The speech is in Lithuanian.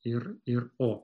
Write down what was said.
ir ir o